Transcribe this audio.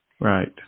right